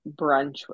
brunch